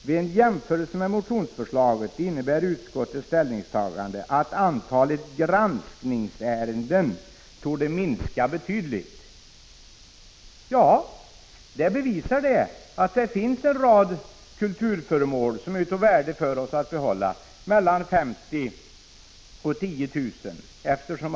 Vid en jämförelse med motionsförslaget innebär utskottets ställningstagande att antalet granskningsärenden torde minska betydligt.” Detta visar att det finns en rad kulturföremål mellan 50 000 kr. och 10 000 kr. som är av värde för oss att behålla.